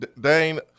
Dane